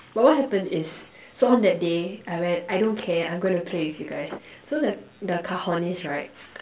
but what happen is so on that day I went I don't care I'm going to play with you guys so the the cajonist right